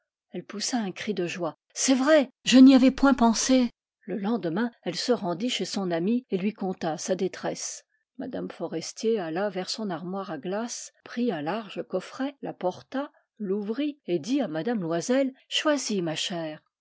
elle poussa un cri de joie c'est vrai je n'y avais point pensé le lendemain elle se rendit chez son amie et lui conta sa détresse lyme forestier alla vers son armoire à glace prit un large coffret l'apporta l'ouvrit et dit à m loisel choisis ma chère